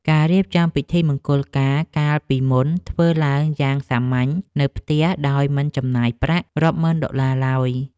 ការរៀបចំពិធីមង្គលការកាលពីមុនធ្វើឡើងយ៉ាងសាមញ្ញនៅផ្ទះដោយមិនចំណាយប្រាក់រាប់ម៉ឺនដុល្លារឡើយ។